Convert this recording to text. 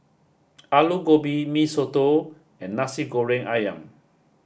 Aloo Gobi Mee Soto and Nasi Goreng Ayam